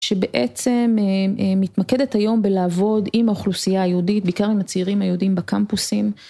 שבעצם מתמקדת היום בלעבוד עם האוכלוסייה היהודית, בעיקר עם הצעירים היהודים בקמפוסים.